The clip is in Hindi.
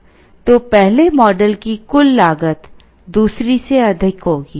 तो पहले मॉडल की कुल लागत दूसरी से अधिक होगी